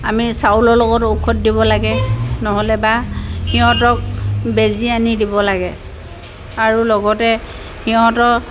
আমি চাউলৰ লগত ঔষধ দিব লাগে নহ'লে বা সি হঁতক বেজি আনি দিব লাগে আৰু লগতে সিহঁতৰ